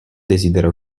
desidera